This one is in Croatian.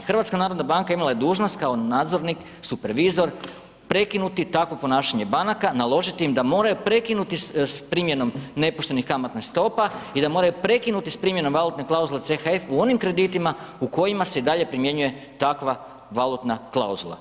HNB imala je dužnost kao nadzornik, supervizor prekinuti takvo ponašanje banaka, naložiti im da moraju prekinuti s primjenom nepoštenih kamatnih stopa i da moraju prekinuti s primjenom valutne klauzule CHF u onim kreditima u kojima se i dalje primjenjuje takva valutna klauzula.